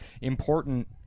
important